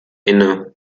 inne